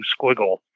squiggle